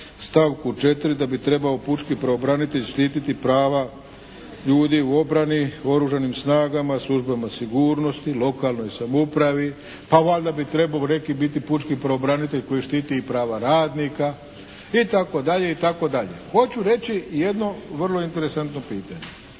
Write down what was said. stavku 4. da bi trebao pučki pravobranitelj štititi prava ljudi u obrani, oružanim snagama, službama sigurnosti, lokalnoj samoupravi, a valjda bi trebao neki biti pučki pravobranitelj koji štiti i prava radnika itd. itd. Hoću reći jedno vrlo interesantno pitanje.